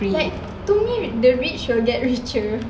like to me the rich will get richer